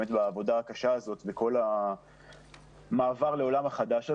באמת על העבודה הקשה הזאת וכל המעבר לעולם החדש הזה.